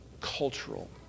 cultural